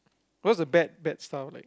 what's a bad bad style like